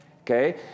Okay